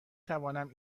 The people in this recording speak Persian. توانم